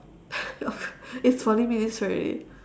it's forty minutes right